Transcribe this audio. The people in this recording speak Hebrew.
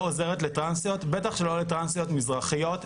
עוזרת לטרנסיות - בטח שלא לטרנסיות מזרחיות,